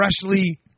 freshly